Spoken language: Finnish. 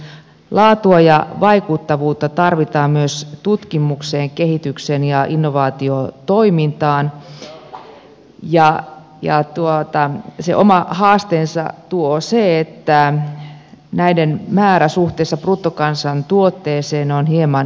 laatua ja vaikuttavuutta tarvitaan myös tutkimukseen kehitykseen ja innovaatiotoimintaan ja sen oman haasteensa tuo se että näiden määrä suhteessa bruttokansantuotteeseen on hieman alentunut